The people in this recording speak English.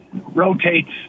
rotates